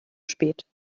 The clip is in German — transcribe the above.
spät